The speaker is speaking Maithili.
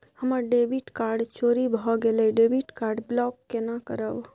हमर डेबिट कार्ड चोरी भगेलै डेबिट कार्ड ब्लॉक केना करब?